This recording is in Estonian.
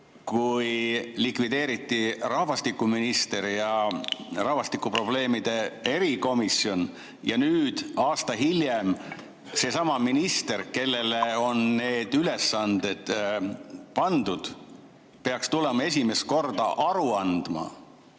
tulemusena rahvastikuminister ja rahvastikuprobleemide erikomisjon ning nüüd, aasta hiljem, seesama minister, kellele need ülesanded on pandud, peaks tulema esimest korda aru andma.